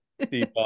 Steve